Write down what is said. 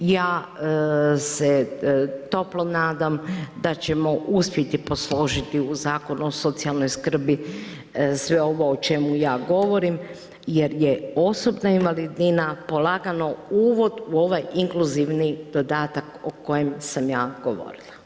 Ja se toplo nadam da ćemo uspjeti posložiti u Zakon o socijalnoj skrbi sve ovo o čemu ja govorim jer je osobna invalidnina polagano uvod u ovaj inkluzivni dodatak o kojem sam ja govorila.